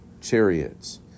chariots